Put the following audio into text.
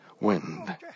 wind